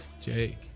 Jake